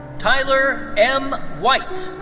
tyler m. white.